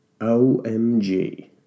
OMG